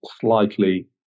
slightly